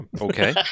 Okay